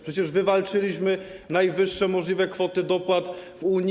Przecież wywalczyliśmy najwyższe możliwe kwoty dopłat w Unii.